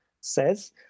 says